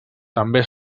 també